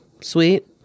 Sweet